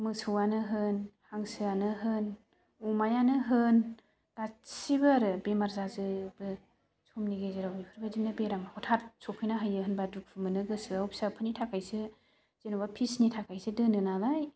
मोसौआनो होन हांसोआनो होन अमायानो होन गासैबो आरो बेमार जाजोबो समनि गेजेराव बेफोरबायदिनो बेराम हथाद सफैना होयो होनबा दुखु मोनो गोसोआव फिसाफोरनि थाखायसो जेनेबा फिसनि थाखायसो दोनो नालाय